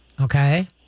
Okay